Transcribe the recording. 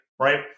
right